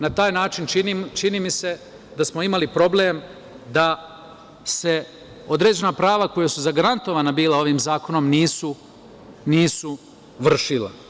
Na taj način, čini mi se, da smo imali problem da se određena prava koja su bila zagarantovana ovim zakonom, nisu vršila.